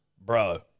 Bro